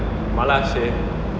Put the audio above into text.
malas seh